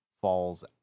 falls